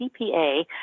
CPA